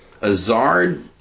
Azard